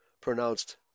pronounced